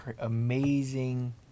amazing